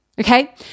Okay